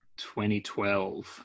2012